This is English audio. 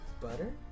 Butter